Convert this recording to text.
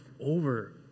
over